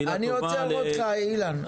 אני עוצר אותך, אילן.